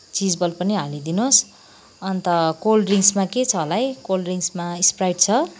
cheeseball पनि हालिदिनुहोस् अनि त कोल्ड ड्रिङ्कसमा के छ होला है कोल्ड ड्रिङ्कसमा स्प्राइट छ